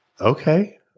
Okay